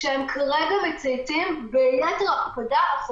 גם במצב הזה אנחנו מפנים אותם למשרד הבריאות להסדיר את הפער הזה,